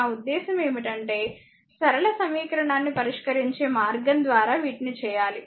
నా ఉద్దేశ్యం ఏమిటంటే సరళ సమీకరణాన్ని పరిష్కరించే మార్గం ద్వారా వీటిని చేయాలి